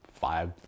five